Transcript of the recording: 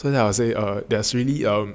so then I will say there's really um